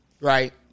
right